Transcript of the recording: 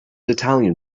italian